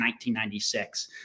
1996